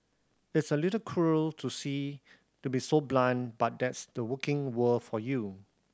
it's a little cruel to see to be so blunt but that's the working world for you